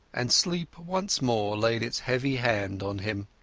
and sleep once more laid its heavy hand on him.